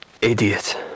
Idiot